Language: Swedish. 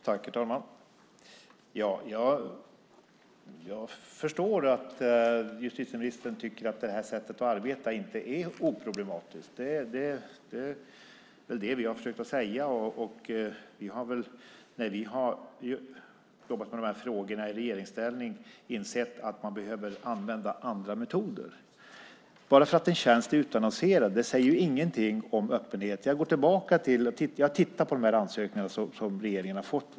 Herr talman! Jag förstår att justitieministern tycker att det här sättet att arbeta på inte är oproblematiskt. Det är det jag har försökt säga. Vi har, när vi har hanterat de här frågorna i regeringsställning, insett att man behöver använda andra metoder. Bara att en tjänst är utannonserad säger ingenting om öppenhet. Jag har tittat på de ansökningar som regeringen har fått.